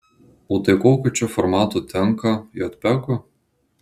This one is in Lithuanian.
o tai kokiu čia formatu tinka jotpegu